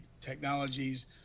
technologies